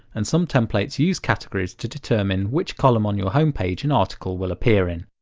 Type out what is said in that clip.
and some templates use categories to determine which column on your homepage an article will appear in.